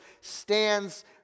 stands